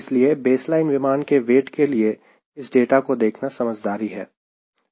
इसलिए बेसलाइन विमान के वेट के लिए इस डाटा को देखना समझदारी है